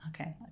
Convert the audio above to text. okay